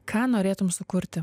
ką norėtum sukurti